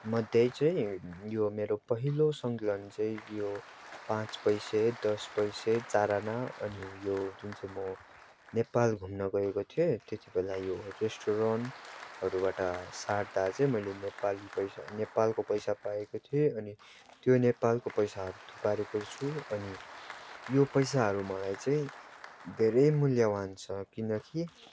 मध्ये चाहिँ यो मेरो पहिलो सङ्कलन चाहिँ यो पाँच पैसा दस पैसा चारआना अनि यो जुन चाहिँ म नेपाल घुम्न गएको थिएँ त्यति बेला यो रेस्टुरेन्टहरूबाट साट्दा चाहिँ मैले नेपाली पैसा नेपालको पैसा पाएको थिएँ अनि त्यो नेपालको पैसाहरू थुपारेको छु अनि यो पैसाहरू मलाई चाहिँ धेरै मूल्यवान छ किनकि